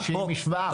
איזושהי משוואה,